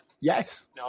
yes